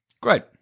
Great